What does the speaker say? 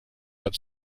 but